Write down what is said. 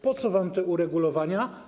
Po co wam te uregulowania?